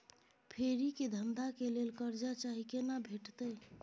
फेरी के धंधा के लेल कर्जा चाही केना भेटतै?